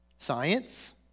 Science